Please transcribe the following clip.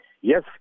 yes